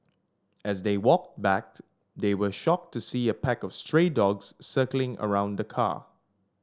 as they walked back they were shocked to see a pack of stray dogs circling around the car